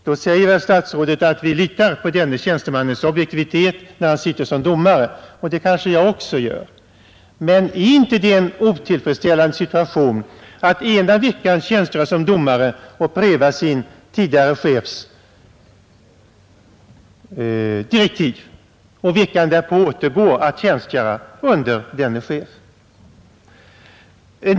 Då säger väl statsrådet att vi litar på denne tjänstemans objektivitet när han sitter som domare, och det kanske jag också gör. Men är det inte en otillfredsställande situation att ena veckan tjänstgöra som domare och pröva sin tidigare chefs direktiv och nästa vecka återgå till att tjänstgöra under denne chef?